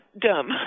dumb